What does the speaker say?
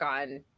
on